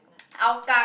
Hougang